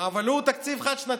אבל הוא תקציב חד-שנתי.